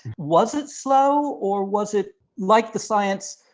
was it slow, or was it, like the science,